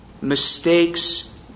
mistakes